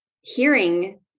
hearing